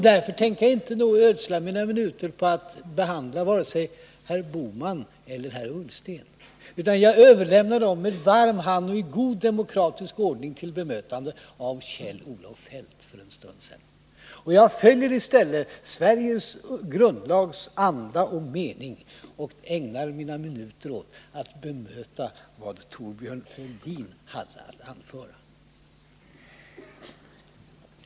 Därför tänker jag inte ödsla mina minuter på att behandla vare sig herr Bohmans eller herr Ullstens anförande, utan jag överlämnar dem med varm hand och i god demokratisk ordning till bemötande av Kjell-Olof Feldt om en stund. Jag följer i stället Sveriges grundlags anda och mening och ägnar mina minuter åt att bemöta vad Thorbjörn Fälldin hade att anföra.